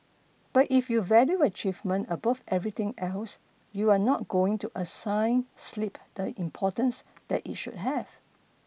but if you value achievement above everything else you're not going to assign sleep the importance that it should have